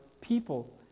people